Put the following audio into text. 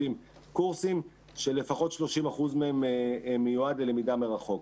קורסים שלפחות 30% מהם מיועד ללמידה מרחוק.